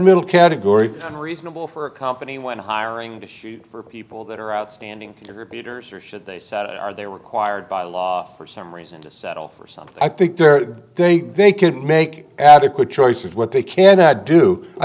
middle category and reasonable for a company when hiring to shoot for people that are outstanding leaders or should they sat are they required by law for some reason to settle for something i think they're think they can make adequate choices what they cannot do i